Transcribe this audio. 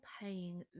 paying